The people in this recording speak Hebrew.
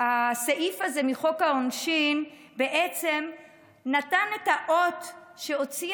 הסעיף הזה בחוק העונשין בעצם נתן את האות שהוציא